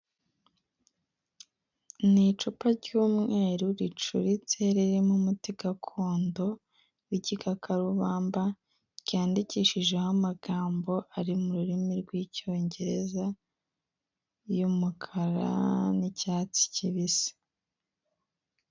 Ni icupa ry'umweru ricuritse ririmo umuti gakondo w'igikakarubamba ryandikishijeho amagambo ari mu rurimi rw'icyongereza y'umukara n'icyatsi kibisi.